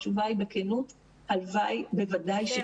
התשובה היא בכנות, הלוואי, בוודאי שכן.